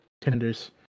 tenders